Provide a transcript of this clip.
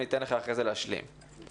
אתן לך להשלים אחרי זה.